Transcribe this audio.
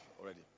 already